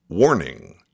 Warning